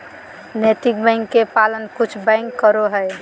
नैतिक बैंक के पालन कुछ बैंक करो हइ